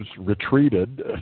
retreated